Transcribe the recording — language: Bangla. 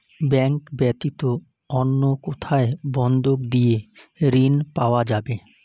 ব্যাংক ব্যাতীত অন্য কোথায় বন্ধক দিয়ে ঋন পাওয়া যাবে?